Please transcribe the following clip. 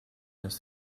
has